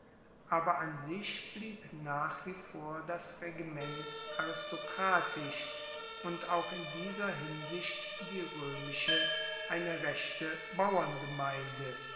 aber an sich blieb nach wie vor das regiment aristokratisch und auch in dieser hinsicht die roemische eine rechte